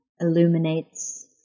illuminates